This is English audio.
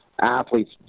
athletes